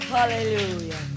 Hallelujah